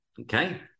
okay